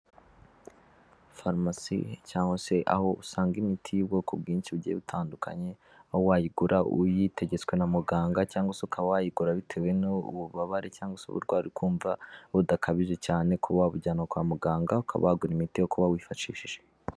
Farumasi cyangwa se aho usanga imiti y'ubwoko bwinshi bugiye butandukanye, aho wayigura uyitegetswe na muganga cyangwa se ukaba wayigura bitewe n'ububabare cyangwa se uburwayi uri kumva budakabije cyane kuba wabujyana kwa muganga, ukaba wagura imiti yo kuba wifashishije.